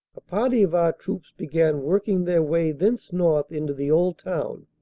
a party of our troops began working their way thence north into the old town,